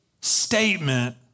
statement